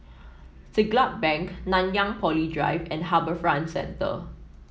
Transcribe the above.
Siglap Bank Nanyang Poly Drive and HarbourFront Centre